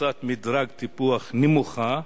בקבוצת מדרג טיפוח נמוכה.